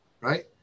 Right